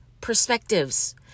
perspectives